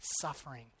suffering